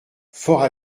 fort